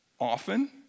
often